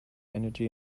energy